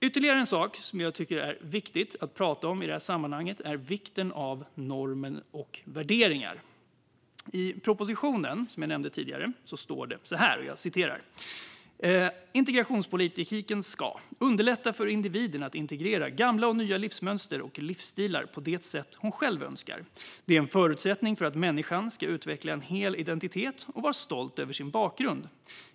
Ytterligare något som jag tycker är viktigt att tala om i sammanhanget är vikten av normer och värderingar. I den proposition som jag nämnde tidigare står det på följande sätt. Integrationspolitiken ska "underlätta för individen att integrera gamla och nya livsmönster och livsstilar på det sätt hon själv önskar. Detta är en förutsättning för att människan skall utveckla en hel identitet och vara stolt över sin bakgrund.